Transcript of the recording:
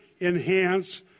enhance